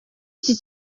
iki